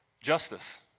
justice